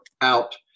out